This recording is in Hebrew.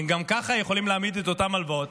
הם גם ככה יכולים להעמיד את אותן הלוואות.